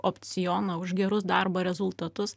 opcioną už gerus darbo rezultatus